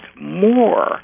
more